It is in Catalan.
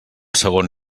segon